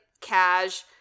cash